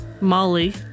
Molly